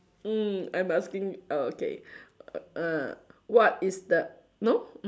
mm I'm asking uh okay uh what is the no